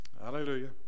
Hallelujah